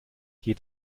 geht